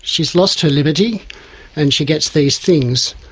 she's lost her liberty and she gets these things.